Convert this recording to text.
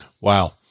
Wow